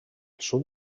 sud